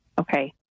Okay